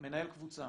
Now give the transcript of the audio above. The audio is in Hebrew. מנהל קבוצה,